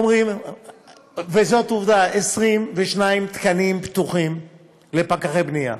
וזאת עובדה, 22 תקנים פתוחים לפקחי בנייה.